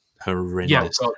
Horrendous